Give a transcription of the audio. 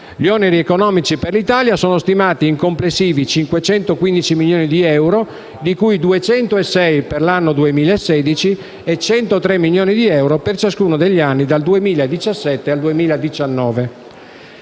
Gli oneri economici per l'Italia sono stimati in complessivi 515 milioni di euro, di cui 206 per l'anno 2016 e 103 milioni di euro per ciascuno degli anni dal 2017 al 2019.